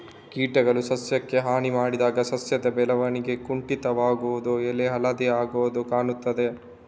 ಕೀಟಗಳು ಸಸ್ಯಕ್ಕೆ ಹಾನಿ ಮಾಡಿದಾಗ ಸಸ್ಯದ ಬೆಳವಣಿಗೆ ಕುಂಠಿತವಾಗುದು, ಎಲೆ ಹಳದಿ ಆಗುದು ಕಾಣ್ತದೆ